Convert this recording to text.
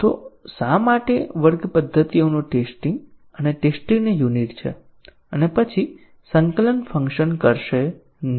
તો શા માટે વર્ગ પદ્ધતિઓનું ટેસ્ટીંગ અને ટેસ્ટીંગ નું યુનિટ છે અને પછી સંકલન ફંક્શન કરશે નહીં